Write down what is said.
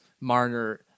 Marner